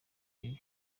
bibi